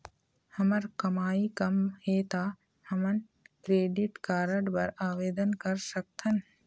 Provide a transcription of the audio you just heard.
हमर कमाई कम हे ता हमन क्रेडिट कारड बर आवेदन कर सकथन?